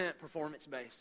performance-based